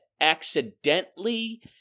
accidentally